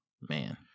Man